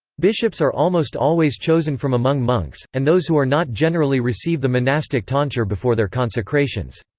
bishops are almost always chosen from among monks, and those who are not generally receive the monastic tonsure before their consecrations.